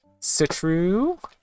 Citru